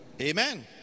Amen